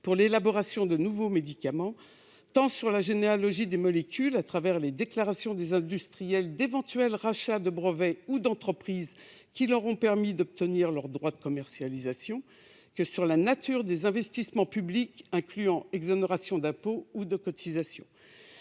pour l'élaboration de nouveaux médicaments tant sur la généalogie des molécules, à travers les déclarations par les industriels d'éventuels rachats de brevets ou d'entreprises leur ayant permis d'obtenir leur droit de commercialisation, que sur la nature des investissements publics incluant exonération d'impôts ou de cotisations.